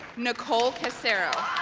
nicole casero